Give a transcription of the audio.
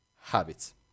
habits